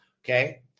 okay